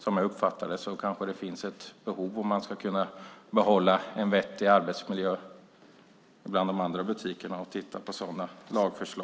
Som jag uppfattar det kanske det finns ett behov av att titta på sådana lagförslag om man ska kunna behålla en vettig arbetsmiljö i butikerna.